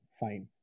fine